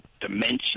dimension